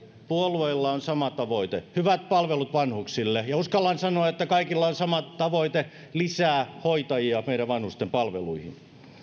puolueilla on sama tavoite hyvät palvelut vanhuksille ja uskallan sanoa että kaikilla on sama tavoite lisää hoitajia meidän vanhustenpalveluihin